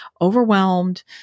overwhelmed